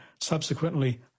subsequently